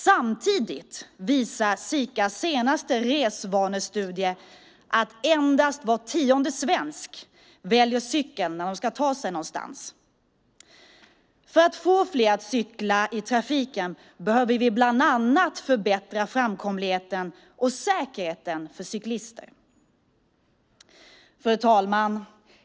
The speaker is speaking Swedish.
Samtidigt visar Sikas senaste resvanestudie att endast var tionde svensk väljer cykeln när de ska ta sig någonstans. För att få fler att cykla i trafiken behöver vi bland annat förbättra framkomligheten och säkerheten för cyklister. Fru talman!